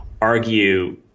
argue